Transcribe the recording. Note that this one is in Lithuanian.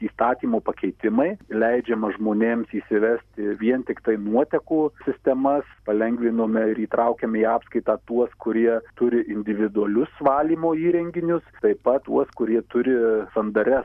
įstatymo pakeitimai leidžiama žmonėms įsivesti vien tiktai nuotekų sistemas palengvinome ir įtraukėm į apskaitą tuos kurie turi individualius valymo įrenginius taip pat tuos kurie turi sandaria